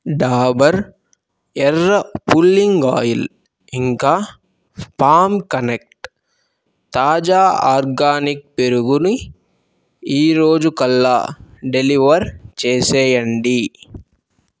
డాబర్ ఎర్ర pulling oil ఇంకా farm connect తాజా ఆర్గానిక్ పెరుగుని ఈ రోజు కల్లా డెలివర్ చేసేయండి